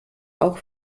auch